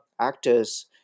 actors